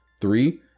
Three